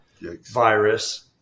virus